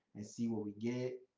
and see what we get.